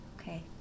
okay